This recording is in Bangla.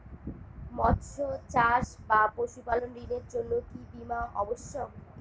মৎস্য চাষ বা পশুপালন ঋণের জন্য কি বীমা অবশ্যক?